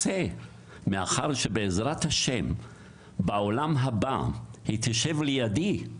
"מאחר שבעזרת השם את תשבי לידי בעולם הבא,